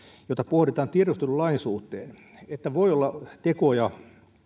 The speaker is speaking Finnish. jota pohditaan tiedustelulain suhteen että voi olla tekoja